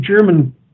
German